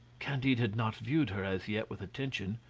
candide had not viewed her as yet with attention,